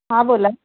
हां बोला